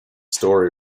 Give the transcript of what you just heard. story